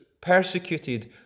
persecuted